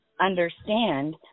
understand